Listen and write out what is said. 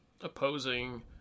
opposing